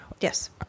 Yes